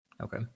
Okay